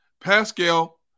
Pascal